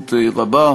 בפשיעה מאורגנת